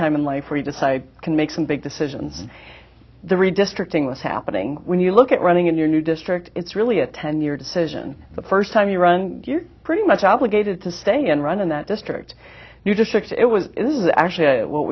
time in life where you decide can make some big decisions the redistricting that's happening when you look at running in your new district it's really a ten year decision the first time you run you're pretty much obligated to stay and run in that district your district it was actually what